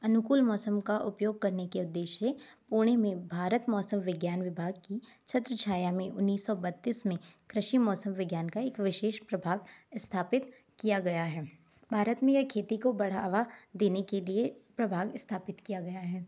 अनुकूल मौसम का उपयोग करने के उद्देश्य से पुणे में भारत मौसम विज्ञान विभाग की छत्रछाया में उन्नीस सौ बत्तीस में कृषि मौसम विज्ञान का एक विशेष विभाग स्थापित किया गया है भारत में ये खेती को बढ़ावा देने के लिए विभाग स्थापित किया गया है